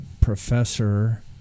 professor